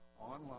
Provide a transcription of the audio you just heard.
online